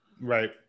right